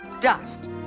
dust